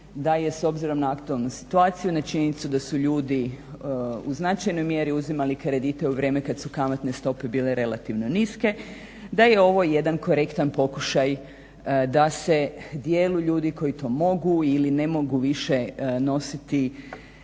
da je s obzirom na aktualnu situaciju, na činjenicu da su ljudi u značajnoj mjeri uzimali kredite kad su kamatne stope bile relativno niske. Da je ovo jedan korektan pokušaj da se dijelu ljudi koji to mogu ili ne mogu više nositi